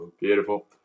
Beautiful